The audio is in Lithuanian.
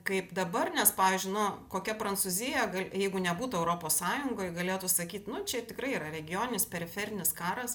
kaip dabar nes pavyzdžiui nu kokia prancūzija jeigu nebūtų europos sąjungoj galėtų sakyt nu čia tikrai yra regioninis periferinis karas